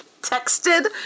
texted